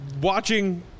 watching